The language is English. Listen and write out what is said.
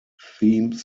theme